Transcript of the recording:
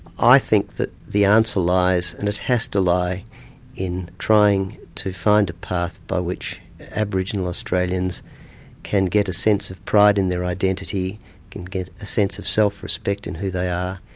i think that the answer lies and it has to lie in trying to find a path by which aboriginal australians can get a sense of pride in their identity and get a sense of self-respect in who they are,